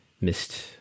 missed